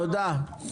תודה.